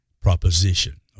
proposition